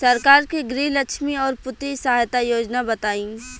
सरकार के गृहलक्ष्मी और पुत्री यहायता योजना बताईं?